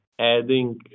adding